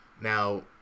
Now